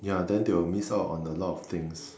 ya then they will miss out on a lot of things